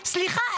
סליחה,